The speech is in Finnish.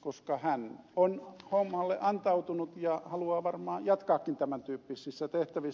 koska hän on hommalle antautunut ja haluaa varmaan jatkaakin tämän tyyppisissä tehtävissä